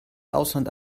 ausland